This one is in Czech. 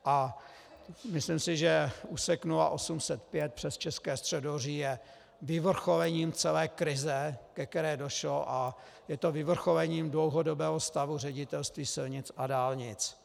A myslím si, že úsek 0805 přes České středohoří je vyvrcholením celé krize, ke které došlo, a je to vyvrcholení dlouhodobého stavu Ředitelství silnic a dálnic.